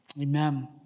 Amen